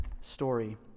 story